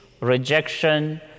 rejection